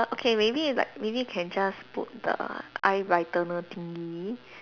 okay maybe it's like maybe can just put the eye brightener thingy